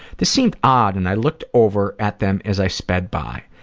this seemed odd and i looked over at them as i sped by.